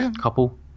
couple